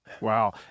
Wow